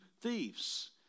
thieves